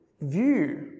view